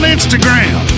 Instagram